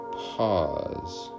pause